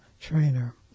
trainer